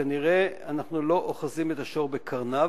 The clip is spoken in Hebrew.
כנראה אנחנו לא אוחזים את השור בקרניו.